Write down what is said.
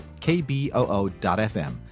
KBOO.FM